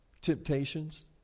Temptations